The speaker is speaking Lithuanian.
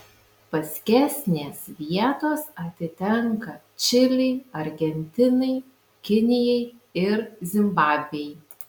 paskesnės vietos atitenka čilei argentinai kinijai ir zimbabvei